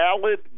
valid